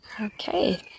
Okay